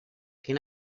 can